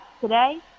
today